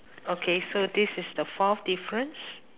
okay so this is the fourth difference